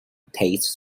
taste